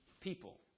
people